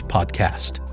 Podcast